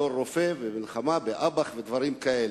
בתור רופא, במלחמה, באב"כ ובדברים כאלה.